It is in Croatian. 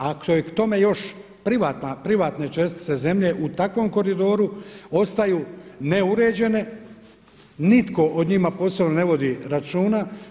Ako je k tome još privatne čestice zemlje u takvom koridoru ostaju neuređene, nitko o njima posebno ne vodi računa.